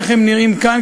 איך הם נראים כאן,